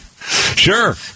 Sure